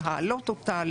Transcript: להעלות אותה,